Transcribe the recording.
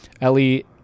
Ellie